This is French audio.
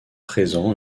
présent